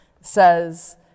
says